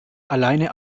alleine